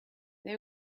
they